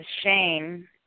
Shane